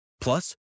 Plus